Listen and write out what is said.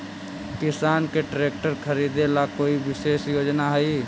किसान के ट्रैक्टर खरीदे ला कोई विशेष योजना हई?